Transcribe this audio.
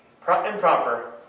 Improper